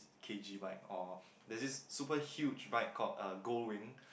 K_G bike or there's this super huge bike called uh gold wing